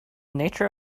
nature